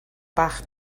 bach